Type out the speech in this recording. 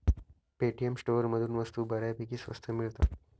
Paytm स्टोअरमधून वस्तू बऱ्यापैकी स्वस्त मिळतात